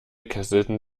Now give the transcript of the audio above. kesselten